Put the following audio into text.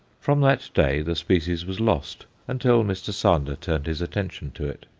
from that day the species was lost until mr. sander turned his attention to it.